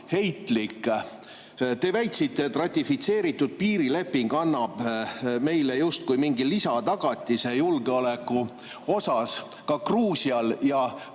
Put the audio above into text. allaheitlik. Te väitsite, et ratifitseeritud piirileping annab meile justkui mingi lisatagatise julgeoleku suhtes. Ka Gruusial ja